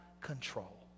control